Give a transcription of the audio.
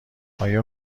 آیا